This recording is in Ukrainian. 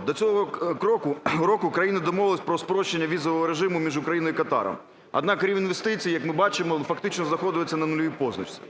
До цього кроку…року Україна домовилась про спрощення візового режиму між Україною і Катаром. Однак, рівень інвестицій, як ми бачимо, він фактично знаходиться на нульовій позначці.